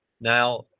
Now